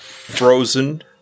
frozen